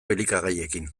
elikagaiekin